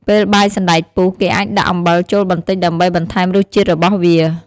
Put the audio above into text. ពេលបាយសណ្ដែកពុះ គេអាចដាក់អំបិលចូលបន្តិចដើម្បីបន្ថែមរសជាតិរបស់វា។